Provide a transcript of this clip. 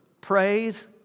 praise